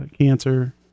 cancer